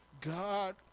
God